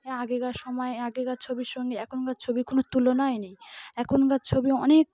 এ আগেকার সময়ে আগেকার ছবির সঙ্গে এখনকার ছবিির কোনো তুলনায় নেই এখনকার ছবি অনেক